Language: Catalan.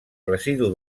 residu